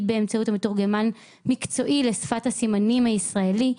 באמצעות מתורגמן מקצועי לשפת הסימנים הישראלית,